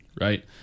right